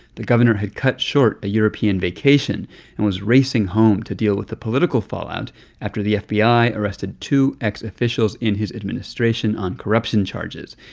the governor had cut short a european vacation and was racing home to deal with the political fallout after the fbi arrested two ex-officials in his administration on corruption charges.